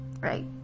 right